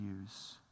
use